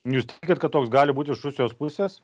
jūs tikit kad toks gali būt iš rusijos pusės